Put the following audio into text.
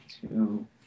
two